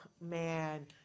man